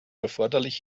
erforderlich